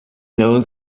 known